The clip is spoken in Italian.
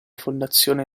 fondazione